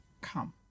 come